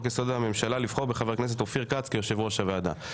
יסוד: הממשלה לבחור בחבר הכנסת אופיר כץ כיושב ראש הוועדה.